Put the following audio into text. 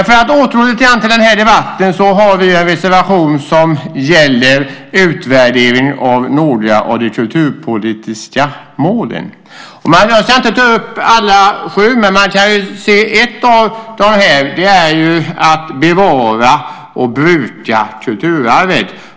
För att återgå till den här debatten har vi en reservation som gäller utvärdering av några av de kulturpolitiska målen. Jag ska inte ta upp alla sju, men man kan se att ett av dem är att bevara och bruka kulturarvet.